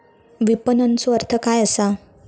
विपणनचो अर्थ काय असा?